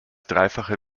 dreifache